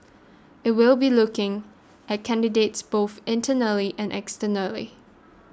it will be looking at candidates both internally and externally